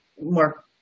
more